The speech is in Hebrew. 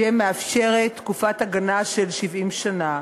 שמאפשרת תקופת הגנה של 70 שנה.